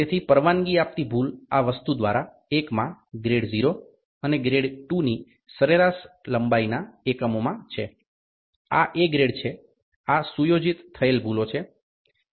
તેથી પરવાનગી આપતી ભૂલ આ વસ્તુ દ્વારા એકમાં ગ્રેડ 0 અને ગ્રેડ 2ની સરેરાશ લંબાઈના એકમોમાં છે આ એ ગ્રેડ છે આ સુયોજિત થયેલ ભૂલો છે